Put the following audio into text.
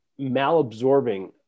malabsorbing